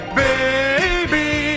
baby